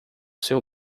seu